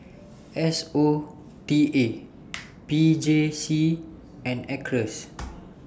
S O T A P J C and Acres